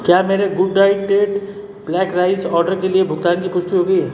क्या मेरे good diet at black rice order के लिए भुगतान की पुष्टि हो गई है